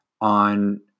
on